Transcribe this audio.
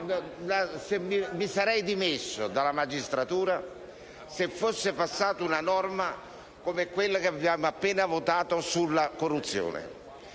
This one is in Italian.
mi sarei dimesso dalla magistratura se fosse passata una norma come quella che abbiamo appena votato sulla corruzione.